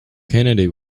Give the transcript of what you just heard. kennedy